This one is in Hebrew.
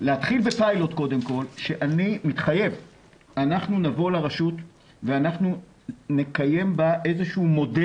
ולהתחיל בהן בפיילוט שאנחנו נבוא לרשות ונקיים בה מודל